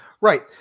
Right